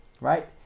right